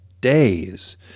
days